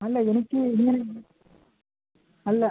അല്ല എനിക്ക് ഇങ്ങനെന്നും അല്ല